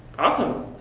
awesome!